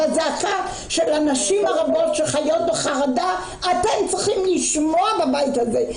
את הזעקה של הנשים הרבות שחיות בחרדה אתם צריכים לשמוע בבית הזה,